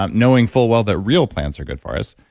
um knowing full well that real plants are good for us,